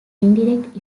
indirect